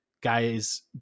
guys